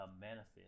manifest